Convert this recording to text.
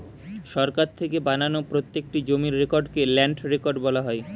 সরকার থেকে বানানো প্রত্যেকটি জমির রেকর্ডকে ল্যান্ড রেকর্ড বলা হয়